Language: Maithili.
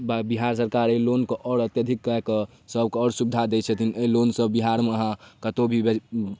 बिहार सरकार एहि लोनके आओर अत्यधिक कए कऽ सबके आओर सुविधा दै छथिन एहि लोन सऽ बिहारमे अहाँ कतौ भी